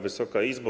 Wysoka Izbo!